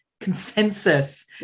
consensus